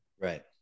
Right